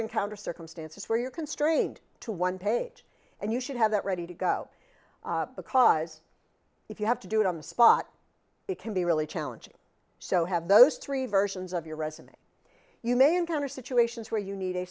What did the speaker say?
encounter circumstances where you're constrained to one page and you should have that ready to go because if you have to do it on the spot it can be really challenging so have those three versions of your resume you may encounter situations where you need a